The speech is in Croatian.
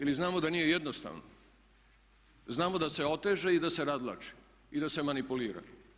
Ili znamo da nije jednostavno, znamo da se oteže i da se razvlači i da se manipulira.